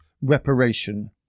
reparation